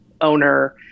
owner